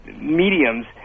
mediums